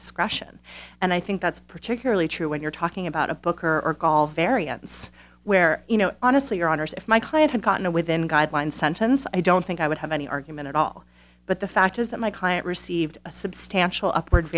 discretion and i think that's particularly true when you're talking about a booker or call variance where you know honestly your honour's if my client had gotten away then guideline sentence i don't think i would have any argument at all but the fact is that my client received a substantial upward